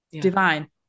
divine